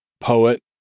poet